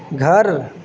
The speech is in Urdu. گھر